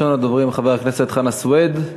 ראשון הדוברים, חבר הכנסת חנא סוייד,